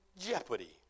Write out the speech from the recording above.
jeopardy